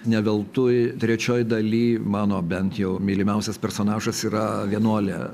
ne veltui trečioj daly mano bent jau mylimiausias personažas yra vienuolė